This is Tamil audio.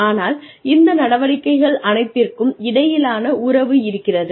ஆனால் இந்த நடவடிக்கைகள் அனைத்திற்கும் இடையிலான உறவு இருக்கிறது